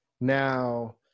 Now